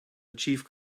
achieve